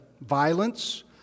violence